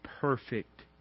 perfect